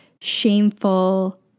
shameful